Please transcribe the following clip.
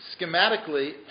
schematically